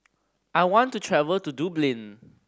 I want to travel to Dublin